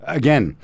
again